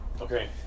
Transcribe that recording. Okay